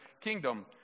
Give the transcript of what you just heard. kingdom